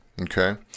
Okay